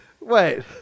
Wait